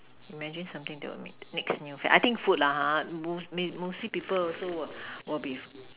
imagine something that be make next new fad I think food lah ha most most mostly people also will will be